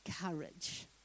Courage